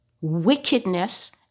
wickedness